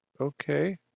okay